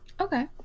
Okay